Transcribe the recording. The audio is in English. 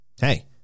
hey